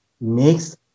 makes